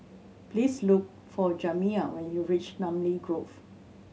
please look for Jamiya when you reach Namly Grove